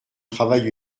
travail